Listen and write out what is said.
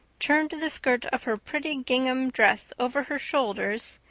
turned the skirt of her pretty gingham dress over her shoulders,